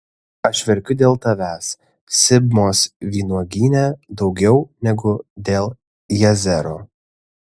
aš verkiu dėl tavęs sibmos vynuogyne daugiau negu dėl jazero